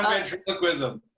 ventriloquism.